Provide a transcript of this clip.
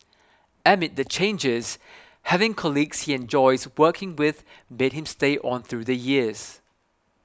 amid the changes having colleagues he enjoys working with made him stay on through the years